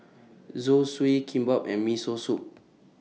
Zosui Kimbap and Miso Soup